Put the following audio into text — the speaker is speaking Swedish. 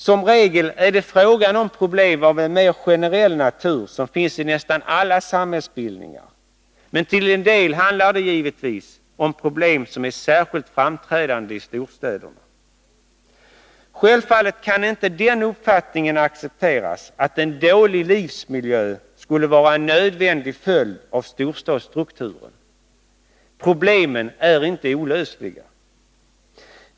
Som regel är det fråga om problem av mer generell natur, som finns i nästan alla samhällsbildningar. Men till en del handlar det givetvis om problem som är särskilt framträdande i storstäderna. Självfallet kan inte den uppfattningen accepteras, att en dålig livsmiljö skulle vara en nödvändig följd av storstadsstrukturen. Problemen är inte olösliga.